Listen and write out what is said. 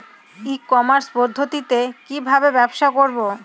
ই commerce পদ্ধতিতে কি ভাবে ব্যবসা করব?